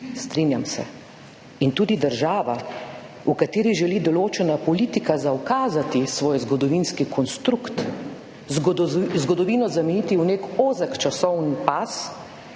Strinjam se. In tudi država, v kateri želi določena politika zaukazati svoj zgodovinski konstrukt, zgodovino zamejiti v nek ozek časovni pas,